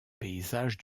paysages